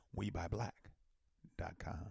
WeBuyBlack.com